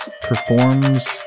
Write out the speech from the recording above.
performs